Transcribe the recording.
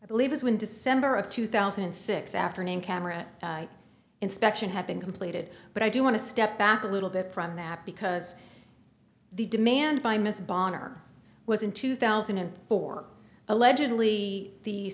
i believe is when december of two thousand and six afternoon camera inspection had been completed but i do want to step back a little bit from that because the demand by miss bawn or was in two thousand and four allegedly the